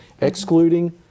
excluding